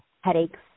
headaches